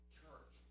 church